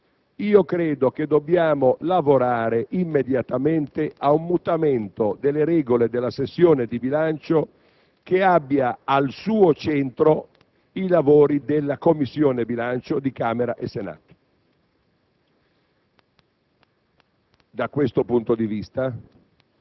(e la cosa non è di oggi, ma viene da lontano), credo che dobbiamo lavorare immediatamente a un mutamento delle regole della sessione di bilancio, affinché questa abbia al suo centro i lavori delle Commissioni bilancio di Camera e Senato.